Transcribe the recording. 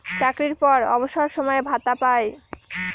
চাকরির পর অবসর সময়ে ভাতা পায়